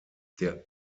der